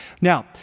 Now